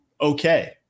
okay